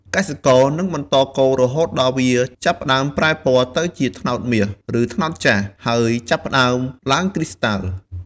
កសិករនឹងបន្តកូររហូតដល់វាចាប់ផ្តើមប្រែពណ៌ទៅជាត្នោតមាស ឬត្នោតចាស់ ហើយចាប់ផ្តើមឡើងគ្រីស្តាល់។